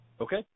Okay